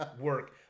work